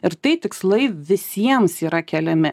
ir tai tikslai visiems yra keliami